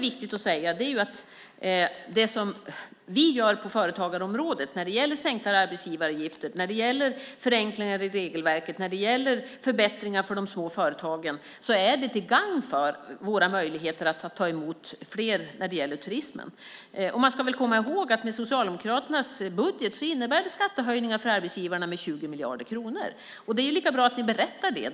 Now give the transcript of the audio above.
Det som vi gör på företagarområdet när det gäller sänkta arbetsgivaravgifter, förenklingar i regelverket och förbättringar för de små företagen är till gagn för våra möjligheter att ta emot fler turister. Man ska väl komma ihåg att Socialdemokraternas budget innebär skattehöjningar för arbetsgivarna med 20 miljarder kronor. Det är väl lika bra att ni berättar det.